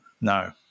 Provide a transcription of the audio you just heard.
No